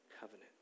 covenant